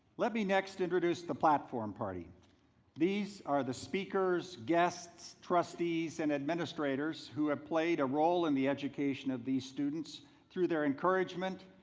let me next introduce the platform party these are the speakers, guests, trustees and administrators who have played a role in the education of these students through their encouragement,